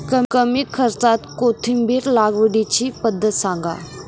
कमी खर्च्यात कोथिंबिर लागवडीची पद्धत सांगा